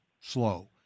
slow